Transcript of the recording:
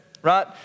Right